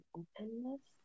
openness